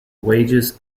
wages